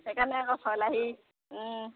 সেই কাৰণে আকৌ ফল আহি